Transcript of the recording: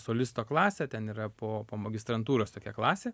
solisto klasę ten yra po po magistrantūros tokia klasė